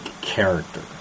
character